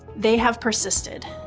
they have persisted.